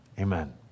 amen